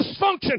dysfunction